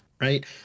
right